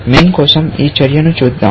MIN కోసం ఈ చర్యను చూద్దాం